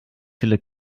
viele